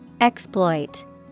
Exploit